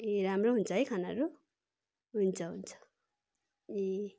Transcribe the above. ए राम्रो हुन्छ है खनाहरू हुन्छ हुन्छ ए